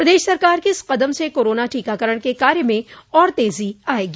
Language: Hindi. प्रदेश सरकार के इस कदम से कोरोना टीकाकरण के कार्य में और तेजी आयेगी